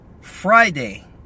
Friday